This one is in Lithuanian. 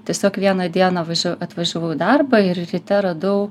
tiesiog vieną dieną važiav atvažiavau į darbą ir ryte radau